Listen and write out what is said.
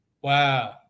Wow